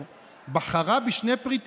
לה אתם רוצים לחתוך ב-50%?